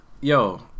Yo